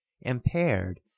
impaired